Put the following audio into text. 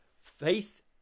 faith